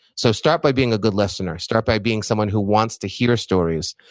so start by being a good listener. start by being someone who wants to hear stories,